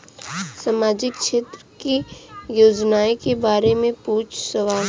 सामाजिक क्षेत्र की योजनाए के बारे में पूछ सवाल?